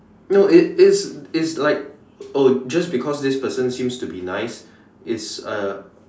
no it it's it's like oh just because this person seems to be nice it's uh